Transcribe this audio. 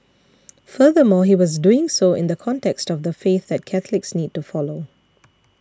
furthermore he was doing so in the context of the faith that Catholics need to follow